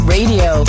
Radio